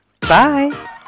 Bye